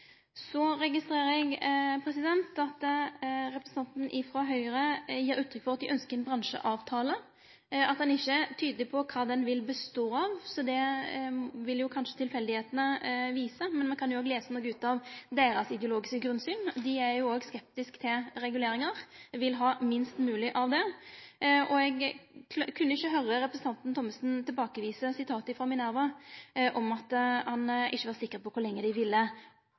Så registrerer eg at representanten frå Høgre gir uttrykk for at dei ønskjer ein bransjeavtale, men at han ikkje er tydeleg på kva avtalen vil bestå av. Det vil kanskje vise seg å verte tilfeldig, men ein kan jo lese noko ut av deira ideologiske grunnsyn. Dei er òg skeptiske til reguleringar, og vil ha minst mogleg av det. Eg kunne ikkje høyre at representanten Thommessen dementerte sitatet frå minervanett.no om at han ikkje var sikker på kor lenge dei ville